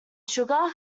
sugar